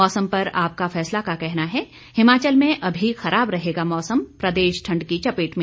मौसम पर आपका फैसला का कहना है हिमाचल में अभी खराब रहेगा मौसम प्रदेश ठंड की चपेट में